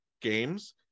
games